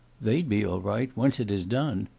they'd be all right, once it is done.